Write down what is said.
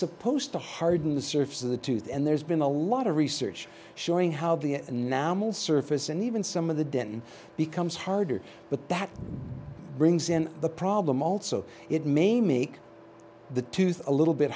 supposed to harden the surface of the tooth and there's been a lot of research showing how the anomalous surface and even some of the den becomes harder but that brings in the problem also it may make the tooth a little bit